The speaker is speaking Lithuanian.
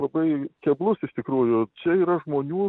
labai keblus iš tikrųjų čia yra žmonių